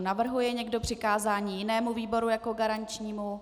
Navrhuje někdo přikázání jinému výboru jako garančnímu?